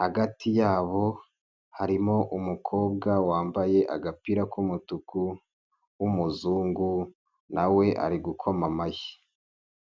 hagati yabo harimo umukobwa wambaye agapira k'umutuku w'umuzungu, nawe ari gukoma amashyi.